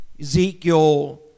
Ezekiel